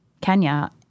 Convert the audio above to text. Kenya